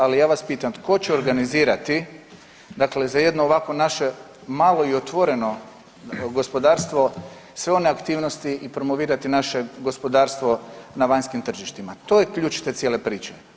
Ali ja vas pitam tko će organizirati, dakle za jedno ovakvo naše malo i otvoreno gospodarstvo sve one aktivnosti i promovirati naše gospodarstvo na vanjskim tržištima, to je ključ te cijele priče.